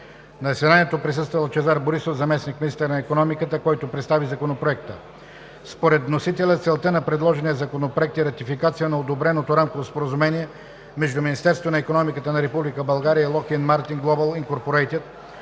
На заседанието присъства Лъчезар Борисов – заместник-министър на икономиката, който представи Законопроекта. Според вносителя целта на предложения законопроект е ратификация на одобреното Рамково споразумение между Министерството на икономиката на Република България и Lockheed Martin Global